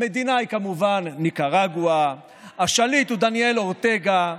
המדינה היא כמובן ניקרגואה והשליט הוא דניאל אורטגה.